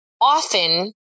often